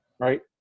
Right